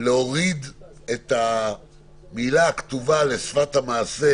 נכונות להוריד את המילה הכתובה לשפת המעשה,